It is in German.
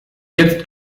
jetzt